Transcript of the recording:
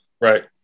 Right